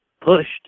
pushed